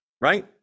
right